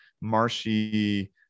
marshy